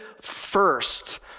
first